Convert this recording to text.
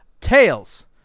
Tails